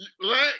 Let